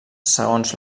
segons